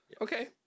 Okay